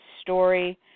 story